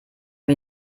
wir